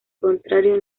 contrario